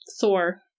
Thor